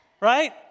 Right